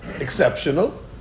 exceptional